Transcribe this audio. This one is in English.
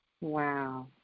Wow